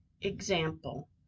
Example